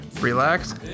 relax